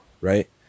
Right